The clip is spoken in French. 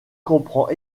comprend